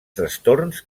trastorns